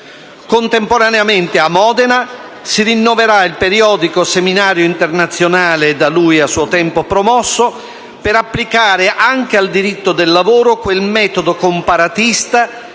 Contemporaneamente, a Modena, si rinnoverà il periodico seminario internazionale da lui a suo tempo promosso per applicare anche al diritto del lavoro quel metodo comparatista